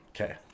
Okay